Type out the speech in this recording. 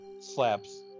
slaps